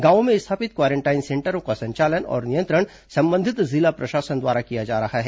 गांवों में स्थापित क्वारेंटाइन सेंटरों का संचालन और नियंत्रण संबंधित जिला प्रशासन द्वारा किया जा रहा है